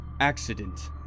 accident